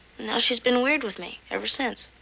now she's been weird with me ever since.